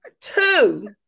Two